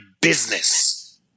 business